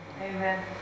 amen